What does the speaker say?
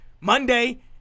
Monday